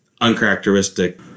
uncharacteristic